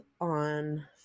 on